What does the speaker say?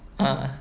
uh